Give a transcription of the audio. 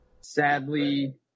Sadly